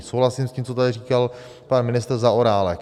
Souhlasím s tím, co tady říkal pan ministr Zaorálek.